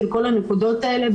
של כל הנקודות האלה,